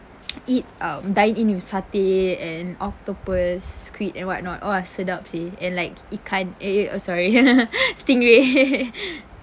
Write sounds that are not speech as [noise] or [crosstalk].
[noise] eat um dine in with satay and octopus squid and whatnot !wah! sedap seh and like ikan eh oh sorry [laughs] stingray